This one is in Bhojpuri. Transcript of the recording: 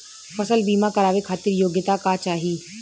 फसल बीमा करावे खातिर योग्यता का चाही?